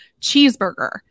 cheeseburger